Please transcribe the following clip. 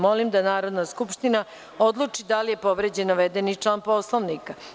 Molim da Narodna skupština odluči da li je povređen navedeni član Poslovnika.